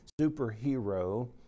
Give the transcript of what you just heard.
superhero